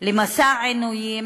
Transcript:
למסע עינויים,